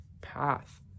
path